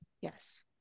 Yes